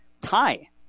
tie